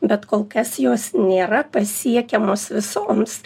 bet kol kas jos nėra pasiekiamos visoms